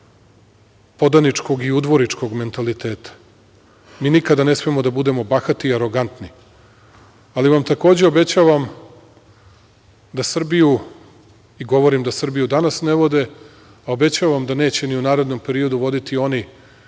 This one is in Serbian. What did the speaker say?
podaničkog i udvoričkog mentaliteta. Mi nikada ne smemo da budemo bahati i arogantni, ali vam takođe obećavam da Srbiju i govorim da Srbiju danas ne vode, a obećavam da neće ni u narednom periodu voditi oni